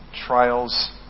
trials